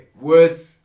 Worth